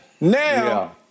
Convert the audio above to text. now